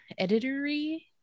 editory